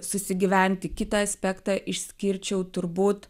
susigyventi kitą aspektą išskirčiau turbūt